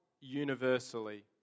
universally